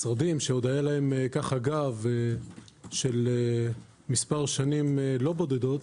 משרדים שעוד היה להם גב של מספר שנים לא בודדות,